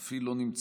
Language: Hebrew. אף היא לא נמצאת,